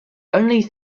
only